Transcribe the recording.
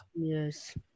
yes